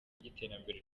ry’iterambere